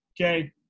Okay